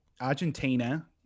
Argentina